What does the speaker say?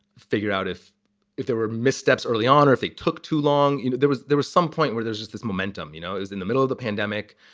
figure out if if there were missteps early on or if it took too long. you know there was there was some point where there's just this momentum, you know, is in the middle of the pandemic.